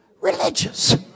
religious